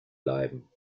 bleiben